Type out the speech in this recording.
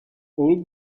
all